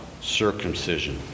circumcision